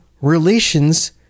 relations